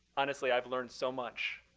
honestly, i've learned so much